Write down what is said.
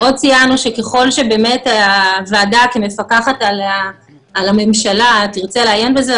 עוד ציינו שכלל שהוועדה כמפקחת על הממשלה תרצה לעיין בזה,